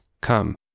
Come